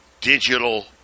digital